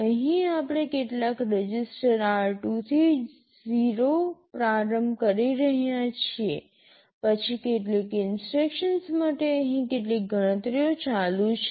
અહીં આપણે કેટલાક રજિસ્ટર r2 થી 0 પ્રારંભ કરી રહ્યા છીએ પછી કેટલીક ઇન્સટ્રક્શનસ માટે અહીં કેટલીક ગણતરીઓ ચાલુ છે